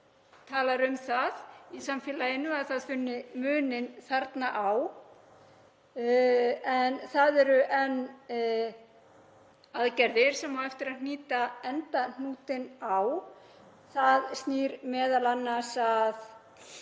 talar um það í samfélaginu að það finni muninn þarna. En það eru enn aðgerðir sem á eftir að hnýta endahnútinn á sem snúa m.a. að